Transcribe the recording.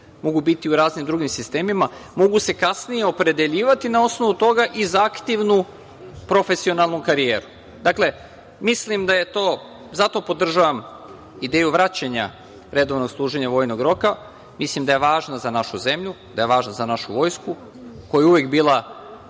mogu biti u raznim drugim sistemima, mogu se kasnije opredeljivati na osnovu toga i za aktivnu profesionalnu karijeru. Dakle, zato podržavam ideju vraćanja redovnog služenja vojnog roka, mislim da je to važno za našu zemlju, da je važno za našu vojsku, koja je uvek bila